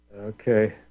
Okay